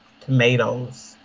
tomatoes